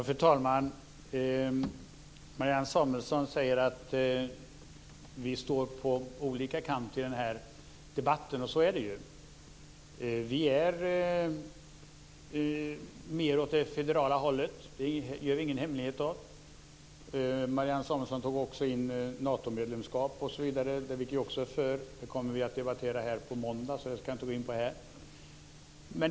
Fru talman! Marianne Samuelsson säger att vi står på olika kanter i den här debatten, och så är det ju. Vi är mer åt det federala hållet, och det gör vi ingen hemlighet av. Marianne Samuelsson tog vidare bl.a. upp frågan om Natomedlemskap, något som vi också är för. Detta kommer vi att debattera här på måndag, så det ska jag inte gå in på nu.